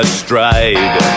stride